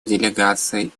делегаций